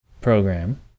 program